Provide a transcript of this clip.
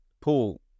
Paul